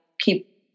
keep